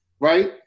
right